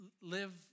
live